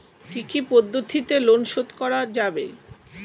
কি কি পদ্ধতিতে লোন শোধ করা যাবে?